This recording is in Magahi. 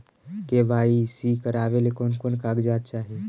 के.वाई.सी करावे ले कोन कोन कागजात चाही?